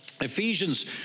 ephesians